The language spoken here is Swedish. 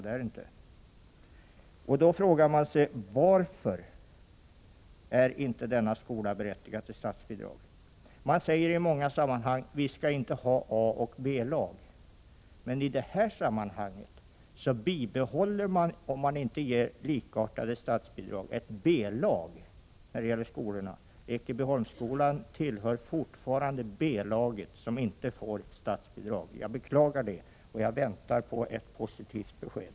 Mot den här bakgrunden frågar man sig varför denna skola inte är berättigad till statsbidrag. Man säger i många sammanhang att vi inte skall ha A och B-lag. Men om man i detta fall inte ger likartade statsbidrag bibehåller man B-lag när det gäller skolorna. Ekebyholmsskolan tillhör fortfarande B-laget, som inte får statsbidrag. Jag beklagar det, och jag väntar på ett positivt besked.